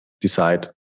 decide